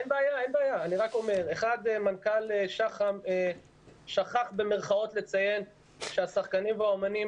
מנכ"ל שח"ם "שכח" לציין שהשחקנים והאומנים